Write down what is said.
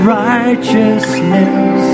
righteousness